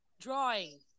Drawing